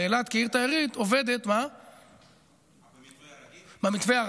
הרי אילת כעיר תיירות עובדת, במתווה הרגיל?